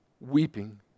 weeping